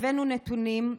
הבאנו נתונים,